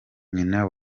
nyina